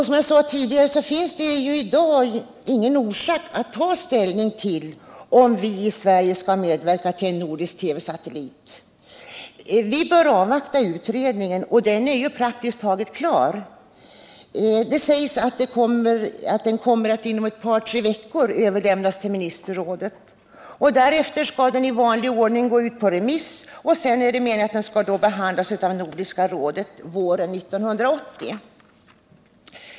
Som jag sade tidigare finns det i dag ingen orsak att ta ställning till om vi i Sverige skall medverka till en nordisk TV-satellit. Vi bör avvakta utredningen, och den är praktiskt taget klar. Det sägs att den inom ett par tre veckor kommer att överlämnas till ministerrådet. Därefter skall den i vanlig ordning gå ut på remiss, och sedan är det meningen att den skall behandlas av Nordiska rådet våren 1980.